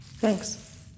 Thanks